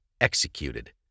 executed